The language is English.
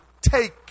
take